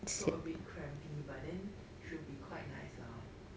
so a bit crampy but then should be quite nice lah